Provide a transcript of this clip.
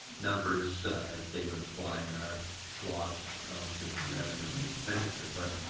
numbers as they would apply in our laws relative to revenue and expenditures. but